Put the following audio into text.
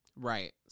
Right